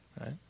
right